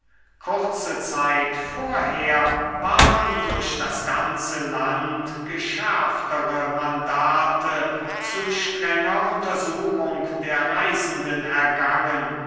kurze zeit vorher waren durch das ganze land geschärftere mandate zu strenger untersuchung der reisenden ergangen